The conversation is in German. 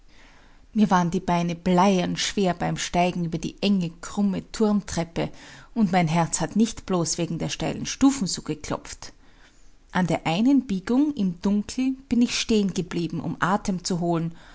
mir waren die beine bleiern schwer beim steigen über die enge krumme turmtreppe und mein herz hat nicht bloß wegen der steilen stufen so geklopft an der einen biegung im dunkel bin ich stehen geblieben um atem zu holen